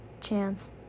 chance